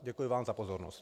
Děkuji vám za pozornost.